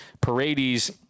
Paredes